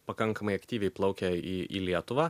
pakankamai aktyviai plaukia į į lietuvą